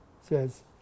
says